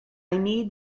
need